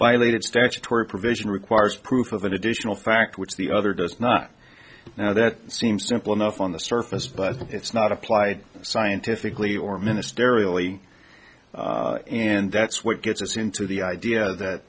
violated statutory provision requires proof of an additional fact which the other does not now that seems simple enough on the surface but it's not applied scientifically or ministerial and that's what gets us into the idea that